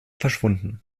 verschwunden